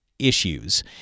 issues